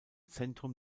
zentrum